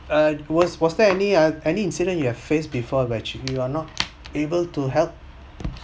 uh was was there any ah any incident you have face before where you're not able to help